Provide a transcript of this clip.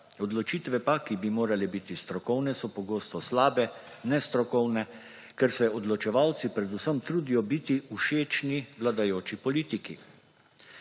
Odločitve pa, ki bi morale biti strokovne, so pogosto slabe, nestrokovne, ker se odločevalci predvsem trudijo biti všečni vladajoči politiki.